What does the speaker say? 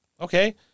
Okay